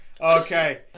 Okay